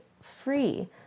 free